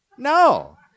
No